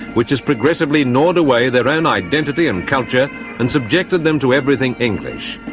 which has progressively gnawed away their own identity and culture and subjected them to everything english.